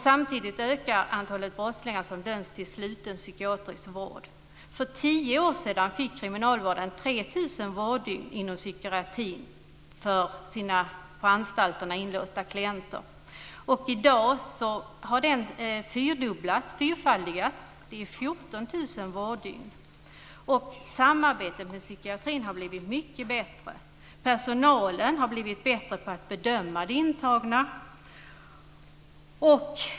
Samtidigt ökar antalet brottslingar som döms till sluten psykiatrisk vård. För tio år sedan fick kriminalvården 3 000 vårddygn inom psykiatrin för sina på anstalterna inlåsta klienter. I dag har antalet sådana vårddygn fyrfaldigats till 14 000. Samarbetet med psykiatrin har blivit mycket bättre. Personalen har blivit bättre på att bedöma de intagna.